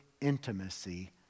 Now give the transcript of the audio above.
intimacy